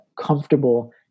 comfortable